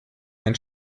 mein